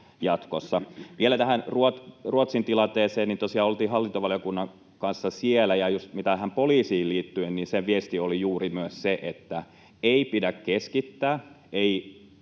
jatkossa. Vielä tähän Ruotsin tilanteeseen. Tosiaan oltiin hallintovaliokunnan kanssa siellä, ja just tähän poliisiin liittyen viesti oli juuri myös se, että ei pidä keskittää — ei